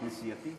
הארגון הכנסייתי?